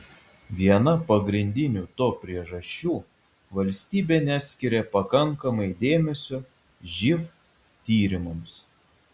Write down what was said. viena pagrindinių to priežasčių valstybė neskiria pakankamai dėmesio živ tyrimams